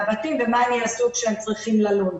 מהבתים ומה הם יעשו כשהם חוזרים ללון.